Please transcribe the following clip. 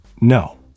No